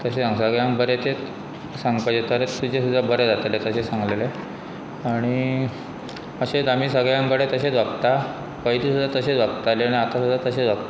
तशें स सगळ्यांक बरें ते सांगपाचें तुजे सुद्दा बरें जातलें तशें सांगलेले आणी अशेंच आमी सगळ्यांककडे तशेंच वागता पयलीं सुद्दा तशें वागताले आनी आतां सुद्दा तशें वागता